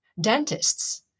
dentists